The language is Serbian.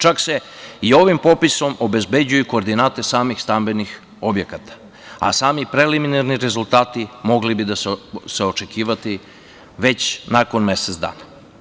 Čak se i ovim popisom obezbeđuju koordinate samih stambenih objekata, a sami preliminarni rezultati mogli bi se očekivati već nakon mesec dana.